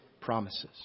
promises